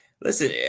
Listen